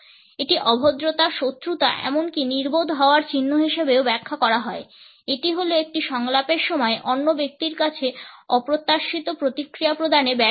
এটি অভদ্রতা শত্রুতা বা এমনকি নির্বোধ হওয়ার চিহ্ন হিসাবেও ব্যাখ্যা করা হয় এটি হল একটি সংলাপের সময় অন্য ব্যক্তির কাছে অপ্রত্যাশিত প্রতিক্রিয়া প্রদানে ব্যর্থতা